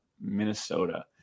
Minnesota